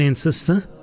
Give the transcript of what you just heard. Sister